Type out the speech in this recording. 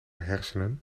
hersenen